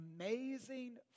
amazing